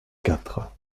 quatre